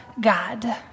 God